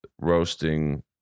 roasting